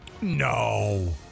No